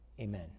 Amen